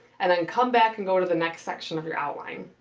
and then come back and go to the next section of your outline.